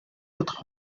autres